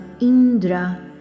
Indra